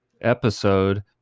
episode